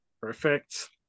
Perfect